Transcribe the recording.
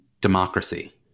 democracy